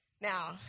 Now